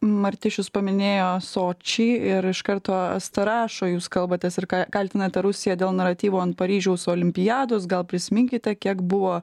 martišius paminėjo sočį ir iš karto asta rašo jūs kalbatės ir ką kaltinate rusiją dėl naratyvo ant paryžiaus olimpiados gal prisiminkite kiek buvo